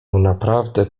naprawdę